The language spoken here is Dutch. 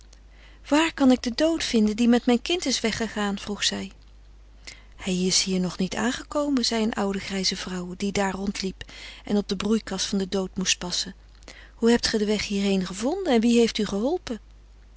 waar kan ik den dood vinden die met mijn kind is weggegaan vroeg zij hij is hier nog niet aangekomen zei een oude grijze vrouw die daar rondliep en op de broeikas van den dood moest passen hoe hebt ge den weg hier heen gevonden en wie heeft u geholpen